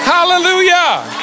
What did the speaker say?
Hallelujah